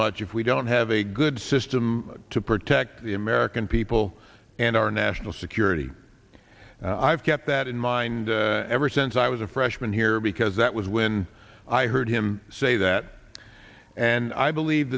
much if we don't have a good system to protect the american people and our national security i've kept that in mind ever since i was a freshman here because that was when i heard him say that and i believe